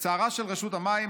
לצערה של רשות המים,